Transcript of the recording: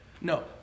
No